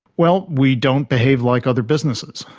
well, we don't behave like other businesses.